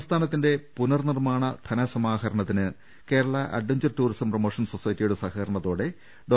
സംസ്ഥാനത്തിന്റെ പുനർനിർമ്മാണ ധനസമാഹരണത്തിന് കേരളാ അഡ്വഞ്ചർ ടൂറിസം പ്രമോഷൻ സൊസൈറ്റിയുടെ സഹക രണത്തോടെ ഡോ